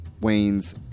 wayne's